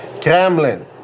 Kremlin